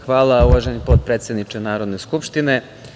Hvala, uvaženi potpredsedniče Narodne skupštine.